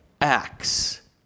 acts